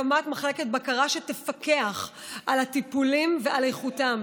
יש לפעול באופן מיידי להקמת מחלקת בקרה שתפקח על הטיפולים ועל איכותם.